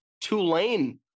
Tulane